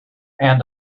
and